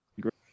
great